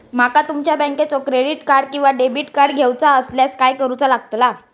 माका तुमच्या बँकेचा क्रेडिट कार्ड किंवा डेबिट कार्ड घेऊचा असल्यास काय करूचा लागताला?